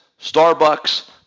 starbucks